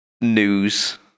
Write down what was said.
news